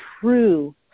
true